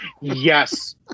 Yes